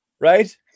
right